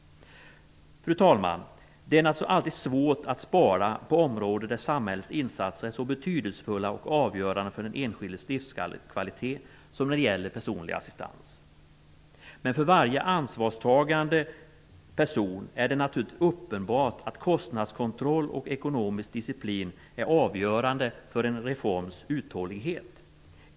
Fru talman! Det är naturligtvis alltid svårt att spara på ett område där samhällets insatser är så betydelsefulla och avgörande för den enskildes livskvalitet som är fallet i fråga om personlig assistans. Men för varje ansvarstagande person är det naturligtvis uppenbart att kostnadskontroll och ekonomisk disciplin är avgörande för en reforms uthållighet.